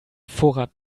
vorrat